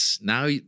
Now